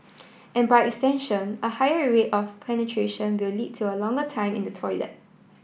and by extension a higher rate of penetration will lead to a longer time in the toilet